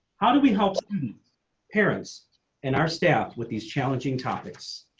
how do we help parents and our staff with these challenging topics.